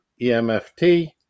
EMFT